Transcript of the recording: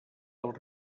del